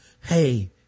hey